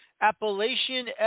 Appalachian